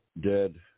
Dead